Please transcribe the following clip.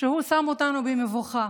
שהוא שם אותנו במבוכה,